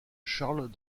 charles